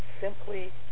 simply